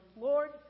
Lord